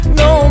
no